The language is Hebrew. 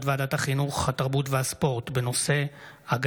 ועדת החינוך, התרבות והספורט בעקבות